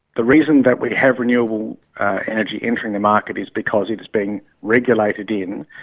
the reason that we have renewable energy entering the market is because it's being regulated in,